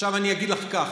עכשיו אני אגיד לך כך: